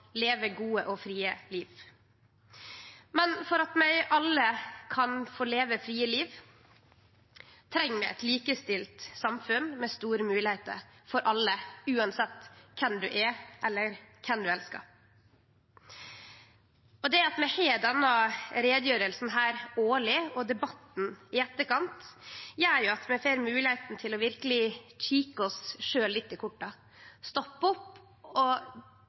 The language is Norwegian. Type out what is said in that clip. leve gode og frie liv. For at vi alle kan få leve frie liv, treng vi eit likestilt samfunn med store moglegheiter for alle, uansett kven du er, eller kven du elskar. Det at vi har denne utgreiinga her årleg, og debatten i etterkant, gjer at vi får moglegheita til verkeleg å kikke oss sjølve litt i korta, stoppe opp og både tenkje og debattere over: Kva er statusen for likestillinga og